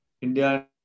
India